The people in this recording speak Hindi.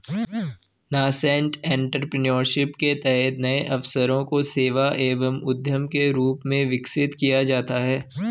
नासेंट एंटरप्रेन्योरशिप के तहत नए अवसरों को सेवा एवं उद्यम के रूप में विकसित किया जाता है